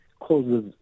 causes